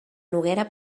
noguera